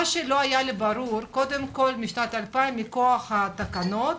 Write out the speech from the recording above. בשנת 2000, מכוח התקנות,